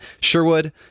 Sherwood